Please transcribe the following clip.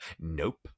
Nope